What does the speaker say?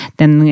den